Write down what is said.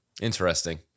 Interesting